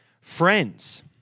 friends